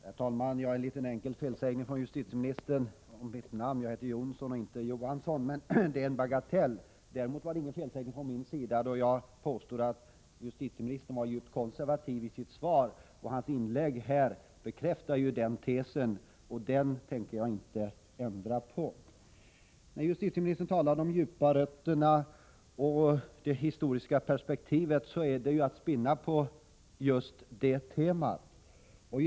Herr talman! Jag vill påpeka en liten felsägning av justitieministern. Jag heter Jonsson och inte Johansson, men det är en bagatell. Däremot var det ingen felsägning från min sida då jag påstod att justitieministern var djupt konservativ i sitt svar, och hans inlägg nu bekräftar den tesen. Den uppfattningen stämmer tyvärr. När justitieministern talar om de djupa rötterna och det historiska perspektivet är det att spinna på detta konservativa tema.